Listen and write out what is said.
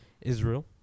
Israel